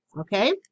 Okay